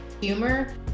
humor